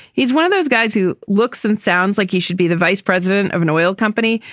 he's one of those guys who looks and sounds like he should be the vice president of an oil company.